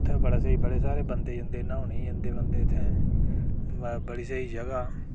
उत्थै बी बड़ा स्हेई बड़े सारे बंदे जंदे न्हौने गी जंदे बंदे उत्थै म बड़ी स्हेई जगह्